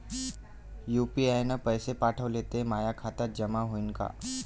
UPI न पैसे पाठवले, ते माया खात्यात जमा होईन का?